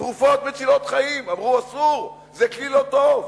תרופות מצילות חיים, אמרו: אסור, זה כלי לא טוב.